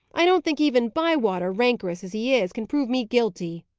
i don't think even bywater, rancorous as he is, can prove me guilty.